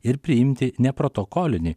ir priimti neprotokolinį